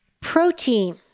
Protein